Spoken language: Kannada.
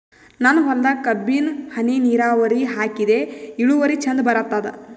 ನನ್ನ ಹೊಲದಾಗ ಕಬ್ಬಿಗಿ ಹನಿ ನಿರಾವರಿಹಾಕಿದೆ ಇಳುವರಿ ಚಂದ ಬರತ್ತಾದ?